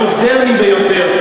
המודרניים ביותר,